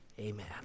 amen